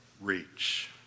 reach